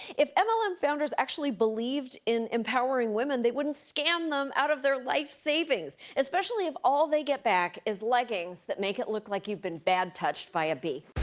if mlm ah founders actually believed in empowering women, they wouldn't scam them out of their life savings, especially if all they get back is leggings that make it look like you've been bad touched by a bee.